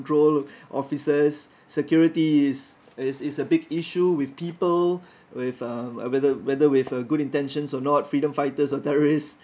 control officers security is is is a big issue with people with uh whether whether with a good intentions or not freedom fighters or terrorists